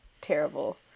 terrible